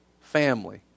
family